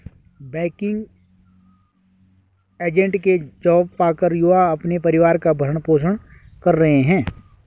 banking agent की job पाकर युवा अपने परिवार का भरण पोषण कर रहे है